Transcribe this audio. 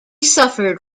suffered